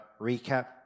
recap